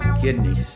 Kidneys